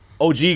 OG